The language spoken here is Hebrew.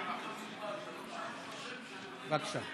בבקשה.